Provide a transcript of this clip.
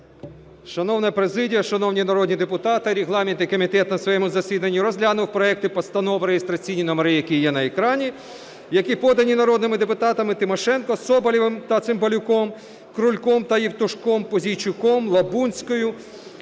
Шановна президія, шановні народні депутати, регламентний комітет на своєму засіданні розглянув проекти постанов, реєстраційні номери яких є на екрані, які подані народними депутатами Тимошенко, Соболєвим та Цимбалюком, Крульком та Євтушком, Пузійчуком, Лабунською,